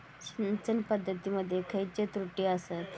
सिंचन पद्धती मध्ये खयचे त्रुटी आसत?